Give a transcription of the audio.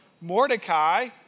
Mordecai